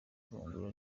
ifunguro